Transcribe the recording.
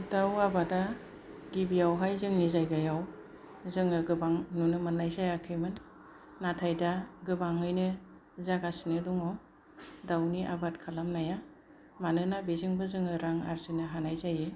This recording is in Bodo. दाउ आबादा गिबियावहाय जोंनि जायगायाव जोङो गोबां नुनो मोननाय जायाखैमोन नाथाय दा गोबाङैनो जागासिनो दङ दाउनि आबाद खालामनाया मानोना बेजोंबो जोङो रां आरजिनो हानाय जायो